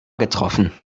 getroffen